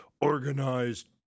organized